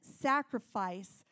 sacrifice